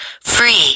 free